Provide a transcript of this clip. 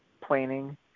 planning